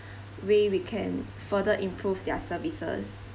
way we can further improve their services